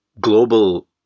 global